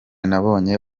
nabonye